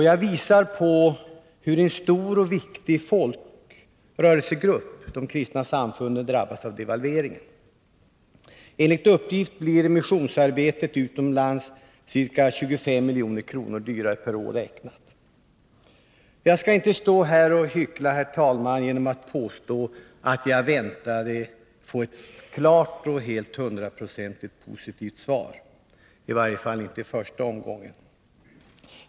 Jag visar på hur en stor och viktig folkrörelsegrupp — de kristna samfunden — drabbas av devalveringen. Enligt uppgift blir missionsarbetet utomlands ca 25 milj.kr. dyrare per år. Jag skall inte stå här och hyckla, herr talman, genom att påstå att jag väntat att få ett hundraprocentigt positivt svar — i varje fall inte i första omgången.